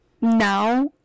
now